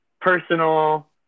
personal –